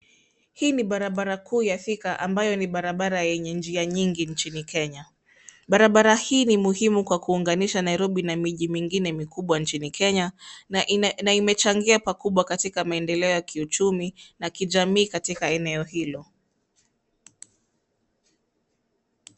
Hii ni barabara kuu ya Thika ambayo ni barabara yenye njia nyingi nchini Kenya. Barabara hii ni muhimu kwa kuunganisha Nairobi na miji mingine mikubwa nchini Kenya na imechangia pakubwa katika maendeleo ya kiuchumi na kijamii katika eneo hilo.